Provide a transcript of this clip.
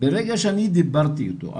ברגע שאני דיברתי איתו,